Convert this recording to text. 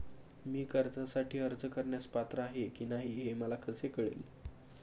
मी कर्जासाठी अर्ज करण्यास पात्र आहे की नाही हे मला कसे कळेल?